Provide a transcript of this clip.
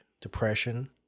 depression